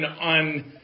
on